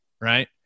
right